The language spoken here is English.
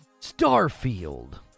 starfield